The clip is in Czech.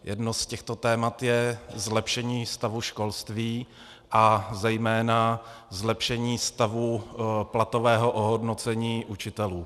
Jedno z těchto témat je zlepšení stavu školství a zejména zlepšení stavu platového ohodnocení učitelů.